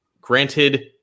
granted